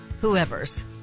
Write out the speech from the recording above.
Whoever's